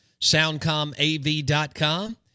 SoundcomAV.com